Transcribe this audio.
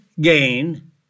gain